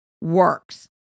works